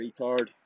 Retard